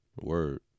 Word